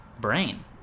brain